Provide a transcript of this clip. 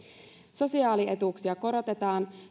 sosiaalietuuksia korotetaan